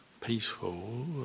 peaceful